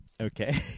Okay